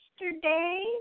yesterday